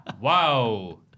Wow